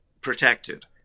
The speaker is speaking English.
protected